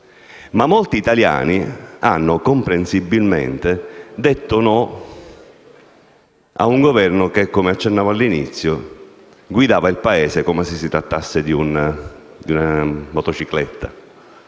Ma molti italiani hanno comprensibilmente detto no a un Governo che - come accennavo all'inizio - guidava il Paese come se si trattasse di un motocicletta,